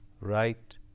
right